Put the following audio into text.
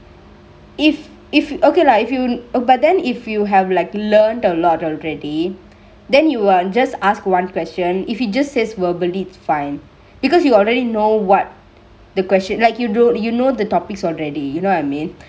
if if okay lah if oh but then if you have like learnt a lot already then you will just ask one question if he just says verbally fine because you already know what the question like you do you know the topics already you know what I mean